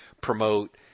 promote